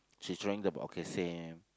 she trying the okay same